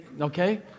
okay